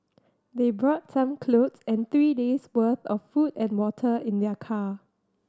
they brought some clothes and three days' worth of food and water in their car